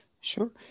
Sure